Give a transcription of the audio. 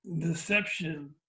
Deception